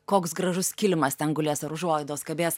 koks gražus kilimas ten gulės ar užuolaidos kabės